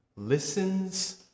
Listens